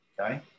Okay